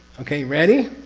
okay, ready?